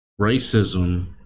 racism